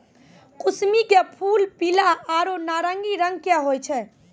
कुसमी के फूल पीला आरो नारंगी रंग के होय छै